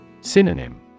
Synonym